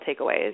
takeaways